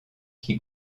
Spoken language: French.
qui